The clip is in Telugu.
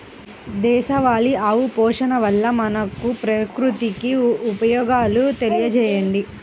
దేశవాళీ ఆవు పోషణ వల్ల మనకు, ప్రకృతికి ఉపయోగాలు తెలియచేయండి?